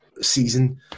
season